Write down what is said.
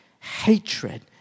hatred